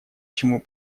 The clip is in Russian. чему